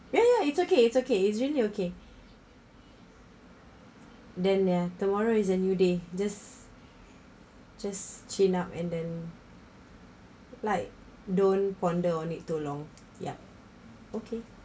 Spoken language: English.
ya ya it's okay it's okay it's really okay then there tomorrow is a new day just just chin up and then like don't ponder on it too long yup okay